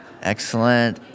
Excellent